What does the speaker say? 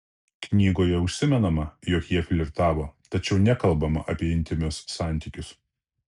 knygoje užsimenama jog jie flirtavo tačiau nekalbama apie intymius santykius